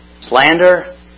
slander